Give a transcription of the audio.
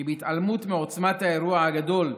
בהתעלמות מעוצמת האירוע הגדול,